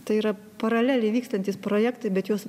tai yra paraleliai vykstantys projektai bet juos